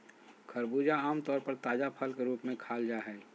खरबूजा आम तौर पर ताजा फल के रूप में खाल जा हइ